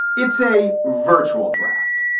it's a virtual draft.